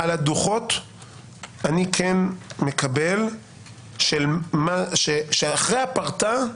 לגבי הדוחות אני כן מקבל שאחרי הגשת הפרטה,